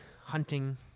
hunting